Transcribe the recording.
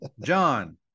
John